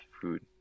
food